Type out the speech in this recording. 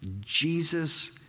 Jesus